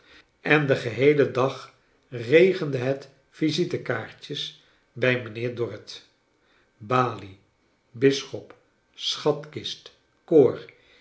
en den geheelen dag regende het visitekaartjes bij mijnheer dorrit balie bisschop sohatkist